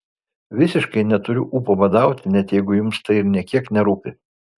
visiškai neturiu ūpo badauti net jeigu jums tai ir nė kiek nerūpi